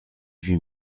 huit